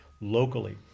locally